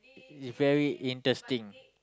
it's very interesting